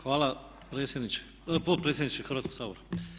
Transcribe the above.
Hvala potpredsjedniče Hrvatskog sabora.